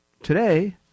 Today